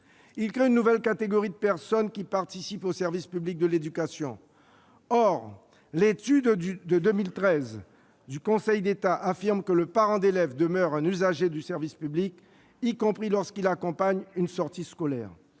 loi crée une nouvelle catégorie de personnes qui « participent » au service public de l'éducation. Or l'étude du Conseil d'État de 2013 affirme que le parent d'élève demeure un usager du service public, y compris lorsqu'il accompagne une sortie scolaire.